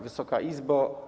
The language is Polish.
Wysoka Izbo!